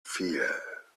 fear